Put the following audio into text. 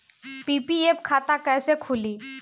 PPF खाता कैसे खुली?